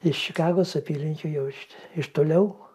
iš čikagos apylinkių jau iš toliau